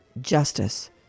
justice